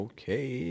Okay